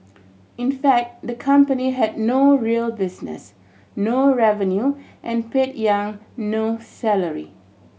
in fact the company had no real business no revenue and paid Yang no salary